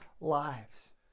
lives